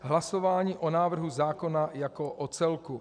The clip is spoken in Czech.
Hlasování o návrhu zákona jako o celku.